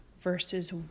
verses